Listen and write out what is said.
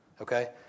Okay